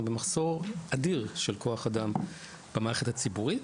אנחנו במחסור אדיר של כוח אדם במערכת הציבורית.